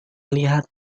melihat